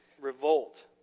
revolt